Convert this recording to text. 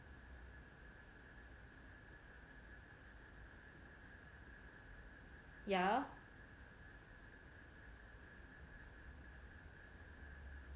ya